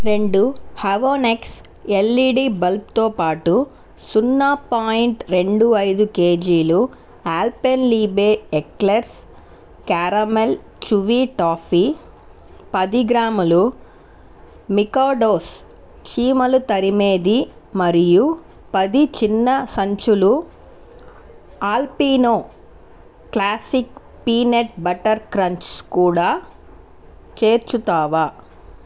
రెండు హవినేక్స్ ఎల్ఈడి బల్బ్తో పాటు సున్నా పాయింట్ రెండు ఐదు కేజీలు Alpenliebe eclairs caramel chewy toffee పది గ్రాములు మికాడోస్ చీమలు తరిమేది మరియు పది చిన్న సంచులు Alpino classic peanut butter crunch కూడా చేర్చుతావా